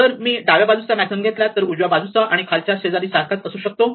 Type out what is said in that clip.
जर मी डाव्या बाजूचा मॅक्झिमम घेतला तर उजव्या बाजूचा आणि खालचा शेजारी सारखाच असू शकतो